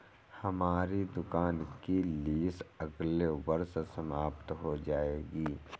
हमारी दुकान की लीस अगले वर्ष समाप्त हो जाएगी